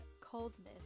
coldness